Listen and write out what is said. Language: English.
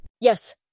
Yes